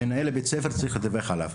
אז המנהל צריך לדווח עליו.